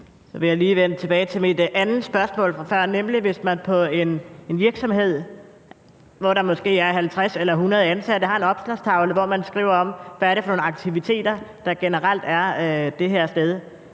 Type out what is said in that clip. Så vil jeg lige vende tilbage til mit andet spørgsmål fra før, nemlig hvis man i en virksomhed, hvor der måske er 50 eller 100 ansatte, har en opslagstavle, hvor man skriver om, hvad det er for nogle aktiviteter, der generelt er på det der sted,